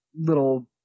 little